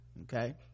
Okay